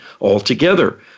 altogether